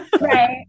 Right